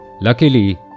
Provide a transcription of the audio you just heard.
Luckily